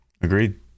agreed